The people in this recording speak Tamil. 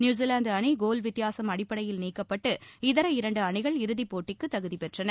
நியுசிலாந்து அணி கோல் வித்தியாசம் அடிப்படையில் நீக்கப்பட்டு இதர இரண்டு அணிகள் இறுதிப்போட்டிக்கு தகுதிப்பெற்றன